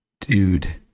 Dude